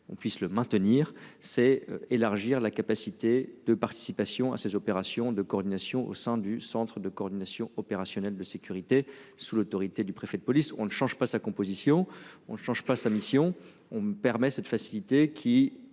on puisse le maintenir c'est élargir la capacité de participation à ces opérations de coordination au sein du Centre de coordination opérationnelle de sécurité sous l'autorité du préfet de police, on ne change pas sa composition. On ne change pas sa mission. On me permet cette facilité qui